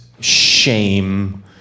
shame